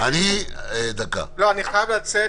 תקשיבי --- אני חייב לצאת.